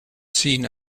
seen